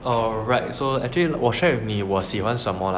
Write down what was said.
alright so actually 我 share with 你我喜欢什么 lah